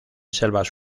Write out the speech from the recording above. selvas